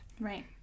Right